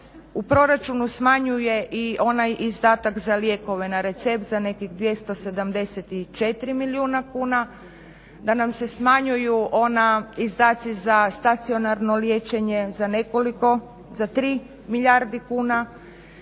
u proračunu smanjuje i onaj izdatak za lijekove na recept za nekih 274 milijuna kuna, da nam se smanju izdaci za stacionarno liječenje za nekoliko za 3 milijarde kuna,